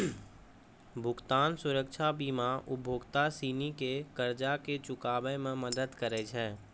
भुगतान सुरक्षा बीमा उपभोक्ता सिनी के कर्जा के चुकाबै मे मदद करै छै